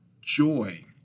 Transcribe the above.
joy